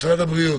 משרד הבריאות.